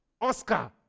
Oscar